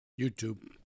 YouTube